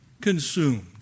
consumed